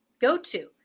go-to